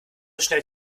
schnell